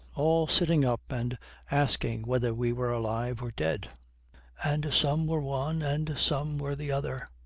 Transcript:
all sitting up and asking whether we were alive or dead and some were one, and some were the other.